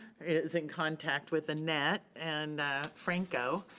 is in contact with annette, and franco,